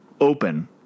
open